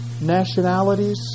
nationalities